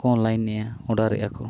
ᱚᱱᱞᱟᱭᱤᱱᱮᱫᱼᱟ ᱚᱰᱟᱨᱮᱫ ᱟᱠᱚ